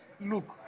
Look